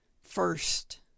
first